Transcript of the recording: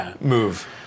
move